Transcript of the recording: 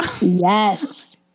Yes